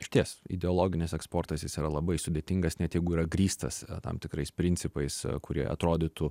išties ideologinis eksportas jis yra labai sudėtingas net jeigu yra grįstas tam tikrais principais kurie atrodytų